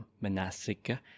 monastic